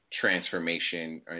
transformation